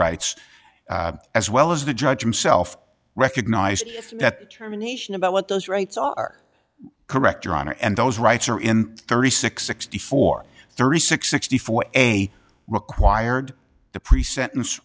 rights as well as the judge him self recognized that terminations about what those rights are correct your honor and those rights are in thirty six sixty four thirty six sixty four a required the pre sentence